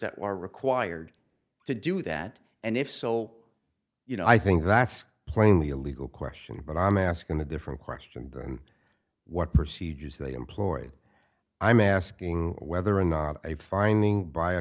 that are required to do that and if so you know i think that's plainly a legal question but i'm asking a different question than what procedures they employ i'm asking whether or not a finding by a